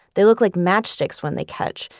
they look like matchsticks when they catch,